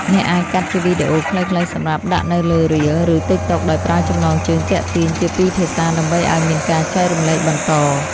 អ្នកអាចកាត់ជាវីឌីអូខ្លីៗសម្រាប់ដាក់នៅលើរាល ឬតីកតុកដោយប្រើចំណងជើងទាក់ទាញជាពីរភាសាដើម្បីឱ្យមានការចែករំលែកបន្ត។